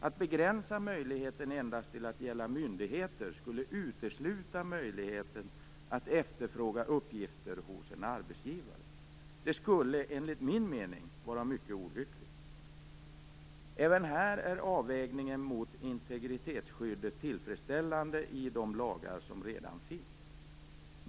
Att begränsa möjligheten endast till att gälla myndigheter skulle utesluta möjligheten att efterfråga uppgifter hos en arbetsgivare. Det skulle, enligt min mening, vara mycket olyckligt. Även här är avvägningen mot integritetsskyddet tillfredsställande i de lagar som redan finns.